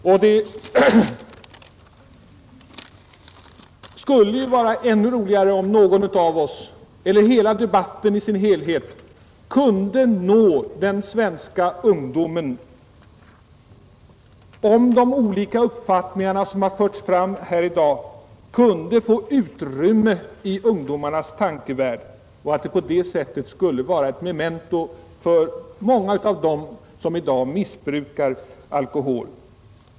Det skulle vara bra om hela denna debatt kunde nå ut till den svenska ungdomen och om de olika uppfattningar som har förts fram här i dag kunde få utrymme i ungdomarnas tankevärld och om dessa fakta kunde bli ett memento för många av dem som i dag missbrukar alkohol.